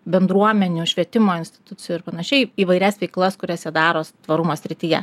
bendruomenių švietimo institucijų ir panašiai įvairias veiklas kurias jie daro tvarumo srityje